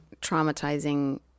traumatizing